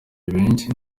benshi